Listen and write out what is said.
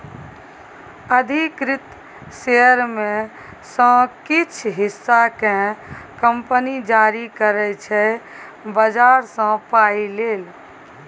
अधिकृत शेयर मे सँ किछ हिस्सा केँ कंपनी जारी करै छै बजार सँ पाइ लेल